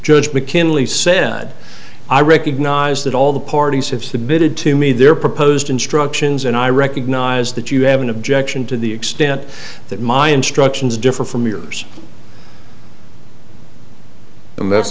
mckinley said i recognize that all the parties have submitted to me their proposed instructions and i recognize that you have an objection to the extent that my instructions differ from yours and that's